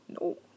No